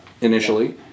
initially